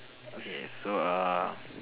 okay so err